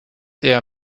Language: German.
eher